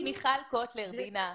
זאת מיכל קוטלר וונש.